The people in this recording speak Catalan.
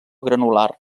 granular